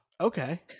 Okay